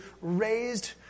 raised